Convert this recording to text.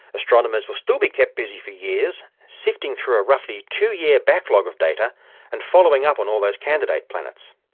astronomers will still be kept busy for years sifting through a roughly two-year backlog of data and following up on all those candidate planets.